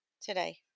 today